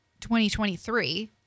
2023